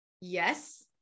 yes